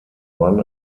run